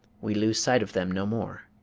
we lose sight of them no more.